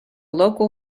local